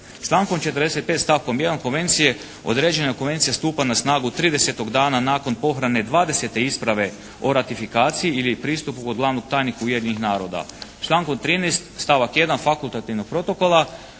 Člankom 45. stavkom 1. konvencije određena konvencija stupa na snagu 30 dana nakon pohrane 20 isprave o ratifikaciji ili pristupu kod glavnog tajnika Ujedinjenih naroda. Člankom 13. stavak 1. fakultativnog protokola